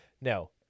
No